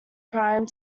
prime